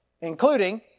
including